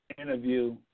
interview